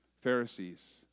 Pharisees